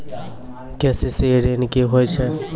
KCC ॠन की होय छै?